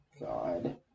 God